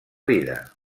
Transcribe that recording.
vida